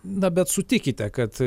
na bet sutikite kad